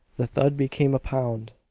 the thud became a pound.